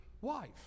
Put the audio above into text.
wife